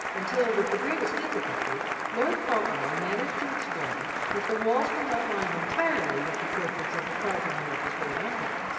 until with the greatest difficulty lord fauntleroy managed to explain that the walls were not lined entirely with the portraits of the progeny of his great-uncle.